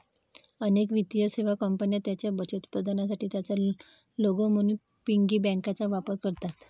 अनेक वित्तीय सेवा कंपन्या त्यांच्या बचत उत्पादनांसाठी त्यांचा लोगो म्हणून पिगी बँकांचा वापर करतात